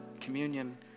communion